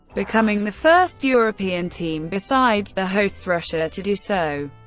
becoming the first european team besides the hosts russia to do so.